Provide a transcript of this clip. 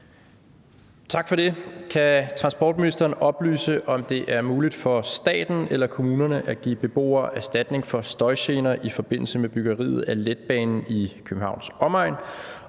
Tak for det. Kan ministeren oplyse, om det er muligt for staten eller kommunerne at give beboere erstatning for støjgener i forbindelse med byggeriet af letbanen i Københavns omegn,